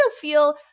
feel